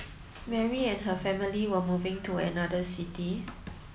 Mary and her family were moving to another city